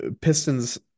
Pistons